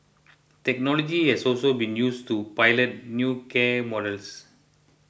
technology has also been used to pilot new care models